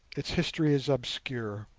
it history is obscure.